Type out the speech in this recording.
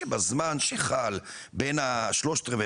שבזמן שחל בין השלושת רבעי,